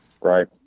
Right